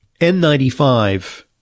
N95